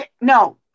No